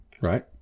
right